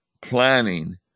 planning